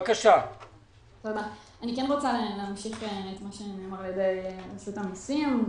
אני רוצה להמשיך את מה שנאמר על ידי רשות המיסים.